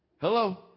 Hello